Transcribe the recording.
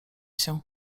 się